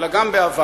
אלא גם בעבר,